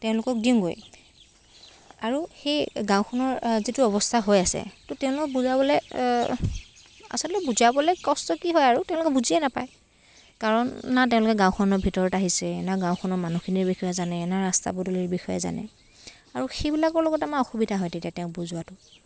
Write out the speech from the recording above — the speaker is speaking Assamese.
তেওঁলোকক দিওঁগৈ আৰু সেই গাঁওখনৰ যিটো অৱস্থা হৈ আছে তো তেওঁলোকক বুজাবলৈ আচলতে বুজাবলৈ কষ্ট কি হয় আৰু তেওঁলোকে বুজিয়ে নাপায় কাৰণ না তেওঁলোকে গাঁওখনৰ ভিতৰত আহিছে না গাঁওখনৰ মানুহখিনিৰ বিষয়ে জানে না ৰাস্তা পদূলিৰ বিষয়ে জানে আৰু সেইবিলাকৰ লগত আমাৰ অসুবিধা হয় তেতিয়া তেওঁক বুজোৱাটো